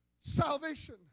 salvation